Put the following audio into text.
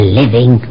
living